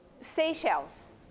Seychelles